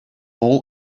all